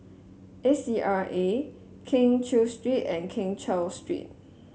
A C R A Keng Cheow Street and Keng Cheow Street